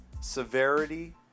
severity